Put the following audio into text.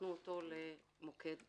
הפכנו אותו למוקד סביבה.